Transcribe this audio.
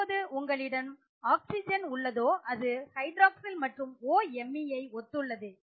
எப்போது உங்களிடம் ஆக்ஸிஜன் உள்ளதோ அது OHyl மற்றும் OMe ஐ ஒத்துள்ளது